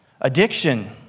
addiction